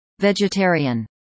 vegetarian